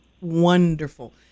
Wonderful